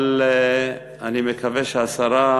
אבל אני מקווה שהשרה